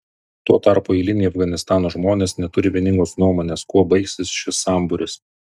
tuo tarpu eiliniai afganistano žmonės neturi vieningos nuomonės kuo baigsis šis sambūris